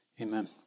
Amen